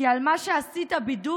כי על מה שעשית בידוד